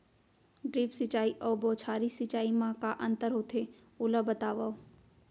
Drip सिंचाई अऊ बौछारी सिंचाई मा का अंतर होथे, ओला बतावव?